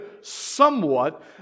somewhat